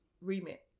remit